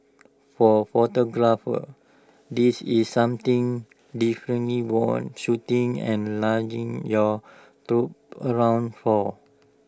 for photographers this is something definitely worth shooting and lugging your troop around for